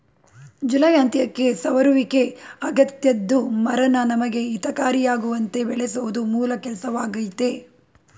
July ಅಂತ್ಯಕ್ಕೆ ಸವರುವಿಕೆ ಅಗತ್ಯದ್ದು ಮರನ ನಮಗೆ ಹಿತಕಾರಿಯಾಗುವಂತೆ ಬೆಳೆಸೋದು ಮೂಲ ಕೆಲ್ಸವಾಗಯ್ತೆ